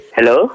Hello